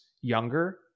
younger